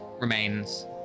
remains